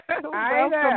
Welcome